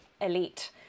elite